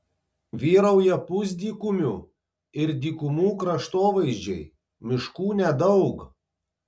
vyrauja pusdykumių ir dykumų kraštovaizdžiai miškų nedaug